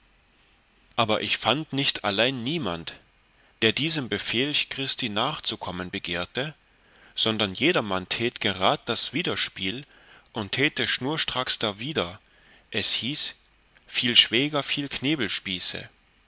aber ich fand nicht allein niemand der diesem befelch christi nachzukommen begehrte sondern jedermann tät gerad das widerspiel und täte schnurstracks darwider es hieß viel schwäger viel